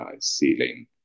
ceiling